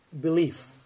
belief